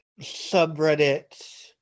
subreddits